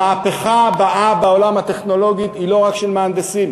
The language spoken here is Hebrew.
המהפכה הבאה בעולם הטכנולוגי היא לא רק של מהנדסים,